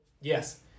Yes